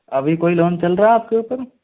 अभी कोई लोन चल रहा है आपके ऊपर